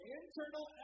internal